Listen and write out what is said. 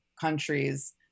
countries